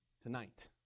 tonight